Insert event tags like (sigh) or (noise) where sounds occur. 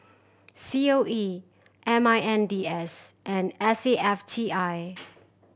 C O E M I N D S and S A F T I (noise)